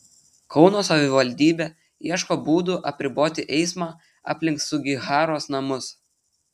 kauno savivaldybė ieško būdų apriboti eismą aplink sugiharos namus